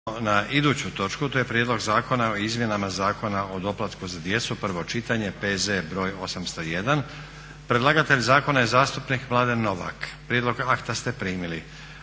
na iduću točku to je: - Prijedlog Zakona o izmjenama Zakona o doplatku za djecu, prvo čitanje, P.Z.BR.801. Predlagatelj zakona je zastupnik Mladen Novak. Prijedlog akta ste primili.